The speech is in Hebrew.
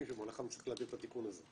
שבמהלכה נצטרך להעביר את התיקון הזה.